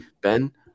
Ben